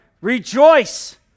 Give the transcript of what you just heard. rejoice